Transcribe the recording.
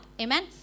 amen